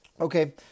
Okay